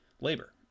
labor